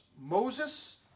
Moses